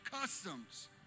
customs